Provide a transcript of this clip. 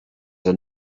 are